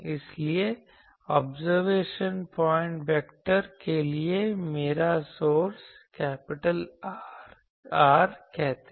इसलिए observation point vector के लिए मेरा सोर्स capital R कहते हैं